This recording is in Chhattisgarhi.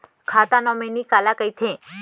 खाता नॉमिनी काला कइथे?